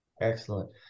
Excellent